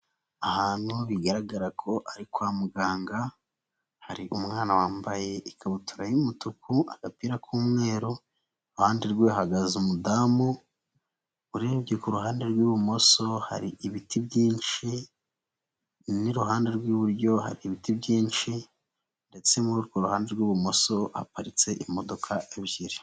Ahantu bigaragara ko ari kwa muganga, hari umwana wambaye ikabutura y'umutuku, agapira k'umweru, iruhande rwe hahagaze umudamu, urebye ku ruhande rw'ibumoso hari ibiti byinshi n'iruhande rw'iburyo hari ibiti byinshi ndetse iruhande rw'ibumoso haparitse imodoka ebyiri.